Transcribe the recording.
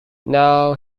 now